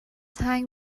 هنگ